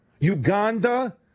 Uganda